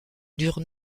dure